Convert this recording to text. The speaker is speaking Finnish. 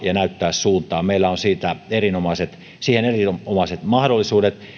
ja näyttää suuntaa meillä on siihen erinomaiset mahdollisuudet